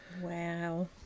Wow